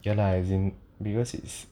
ya lah as in because it's